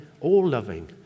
all-loving